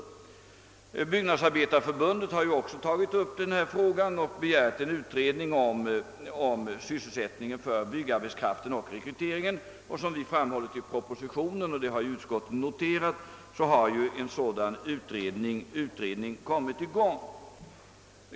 Svenska byggnådsarbetareförbundet har också tagit upp denna fråga och begärt en utredning om sysselsättningen för och rekryteringen av byggnadsarbetskraften. Såsom framhållits i propositionen och som utskottet noterat har en sådan utredning redan kommit i gång.